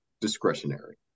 discretionary